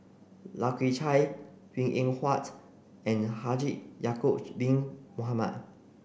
Lai Kew Chai Png Eng Huat and Haji Ya'acob bin Mohamed